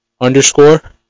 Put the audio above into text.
underscore